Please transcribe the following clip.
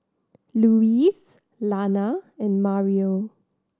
Louise Lana and Mario